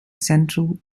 central